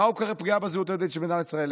למה הוא קורא פגיעה בזהות היהודית של מדינת ישראל?